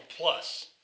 Plus